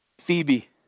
Phoebe